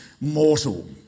mortal